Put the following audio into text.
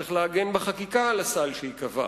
צריך להגן בחקיקה על הסל שייקבע.